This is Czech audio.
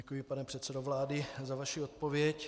Děkuji, pane předsedo vlády, za vaši odpověď.